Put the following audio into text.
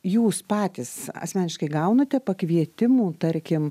jūs patys asmeniškai gaunate pakvietimų tarkim